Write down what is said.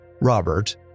Robert